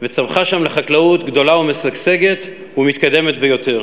וצמחה שם חקלאות גדולה ומשגשגת ומתקדמת ביותר.